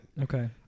Okay